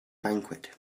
banquet